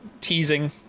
teasing